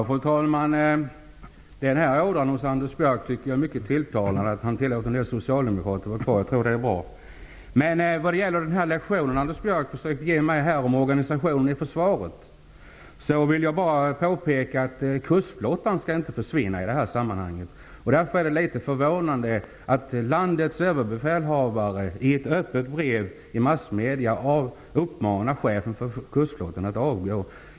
Fru talman! Den här ådran hos Anders Björck är mycket tilltalande, dvs. att han låter en del socialdemokrater vara kvar. Jag tror det är bra. Med anledning av den lektion som Anders Björck försökte ge mig om organisationen i försvaret, vill jag påpeka att Kustflottan i det här sammanhanget inte skall försvinna. Därför är det litet förvånande att landets överbefälhavare, i ett öppet brev i massmedierna, uppmanar chefen för Kustflottan att avgå.